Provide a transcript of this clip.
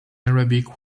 arabic